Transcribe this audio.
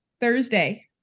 Thursday